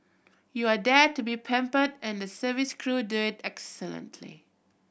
you are there to be pampered and the service crew do it excellently